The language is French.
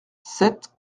sept